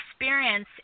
experience